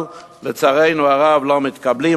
אבל לצערנו הרב לא מתקבלים.